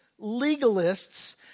legalists